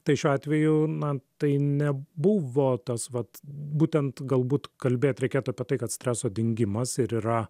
tai šiuo atveju na tai nebuvo tas vat būtent galbūt kalbėt reikėtų apie tai kad streso dingimas ir yra